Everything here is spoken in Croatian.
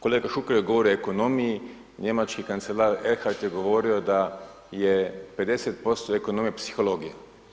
Kolega Šuker je govorio o ekonomiji, njemački kancelar Erhard je govorio da je 50% ekonomije psihologija.